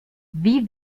wie